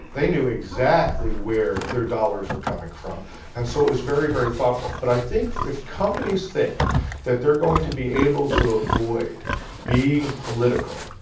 they knew exactly where their dollars were coming from and so it was very very thoughtful. but i think if companies think that they're going to be able to avoid being political,